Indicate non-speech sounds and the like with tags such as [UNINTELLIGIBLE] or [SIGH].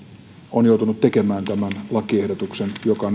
on joutunut tekemään tämän lakiehdotuksen joka [UNINTELLIGIBLE]